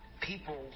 People